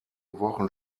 wochen